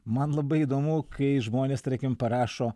man labai įdomu kai žmonės tarkim parašo